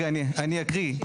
אני אקריא.